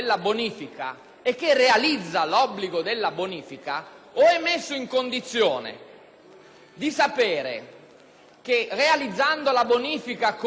di sapere che realizzando la bonifica stessa, come il progetto approvato dalla pubblica autorità gli impone, non avrà